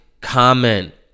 comment